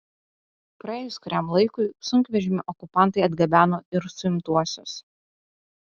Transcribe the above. praėjus kuriam laikui sunkvežimiu okupantai atgabeno ir suimtuosius